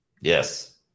Yes